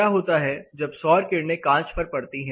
क्या होता है जब सौर किरणें कांच पर पड़ती हैं